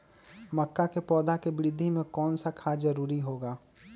मक्का के पौधा के वृद्धि में कौन सा खाद जरूरी होगा?